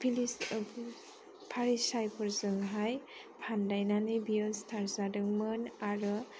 फारिसायफोरजोंहाय फान्दायनानै बियो सिथार जादोंमोन आरो